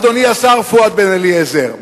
אדוני השר פואד בן-אליעזר.